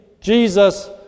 Jesus